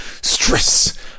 stress